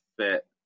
fit